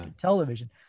television